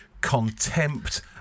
contempt